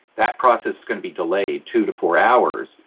that process is going to be delayed two to four hours,